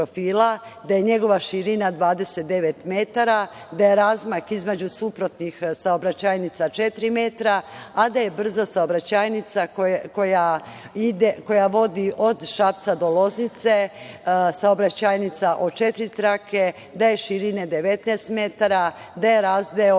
da je njegova širina 29 metara, da je razmak između suprotnih saobraćajnica četiri metra, a da je brza saobraćajnica koja vodi od Šapca do Loznice saobraćajnica od četiri trake, da je širine 19 metara, da je razdeo